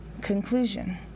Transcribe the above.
Conclusion